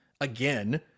again